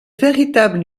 véritable